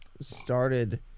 started